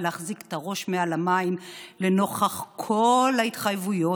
ולהחזיק את הראש מעל המים נוכח כל ההתחייבויות,